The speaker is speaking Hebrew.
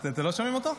אתם לא שומעים אותו?